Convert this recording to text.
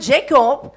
Jacob